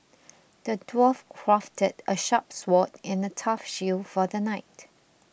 the dwarf crafted a sharp sword and a tough shield for the knight